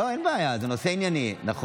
אבל זה, אין בעיה, זה נושא ענייני, נכון.